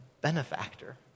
benefactor